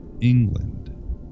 England